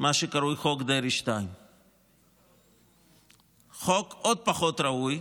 מה שקרוי חוק דרעי 2. חוק עוד פחות ראוי,